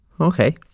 Okay